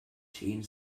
changed